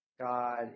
god